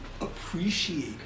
appreciate